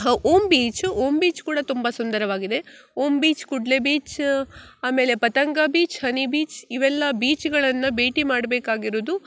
ಹಾಂ Om beach Om beach ಕೂಡ ತುಂಬ ಸುಂದರವಾಗಿದೆ ಓಮ್ ಬೀಚ್ ಕುಡ್ಲೆ ಬೀಚ ಆಮೇಲೆ ಪತಂಗ ಬೀಚ್ ಹನಿ ಬೀಚ್ ಇವೆಲ್ಲ ಬೀಚ್ಗಳನ್ನು ಭೇಟಿ ಮಾಡಬೇಕಾಗಿರುದು